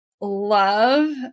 love